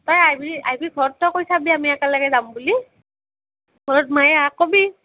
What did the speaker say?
তই আহিবি আহিবি ঘৰত তই কৈ চাবি আমি একেলগে যাম বুলি ঘৰত মায়েৰাক ক'বি